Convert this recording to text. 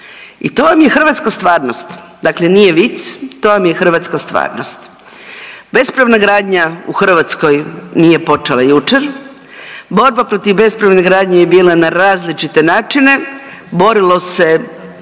I to vam je hrvatska stvarnost, dakle nije vic, to vam je hrvatska stvarnost. Bespravna gradnja u Hrvatskoj nije počela jučer. Borba protiv bespravne gradnje je bila na različite načine. Borilo se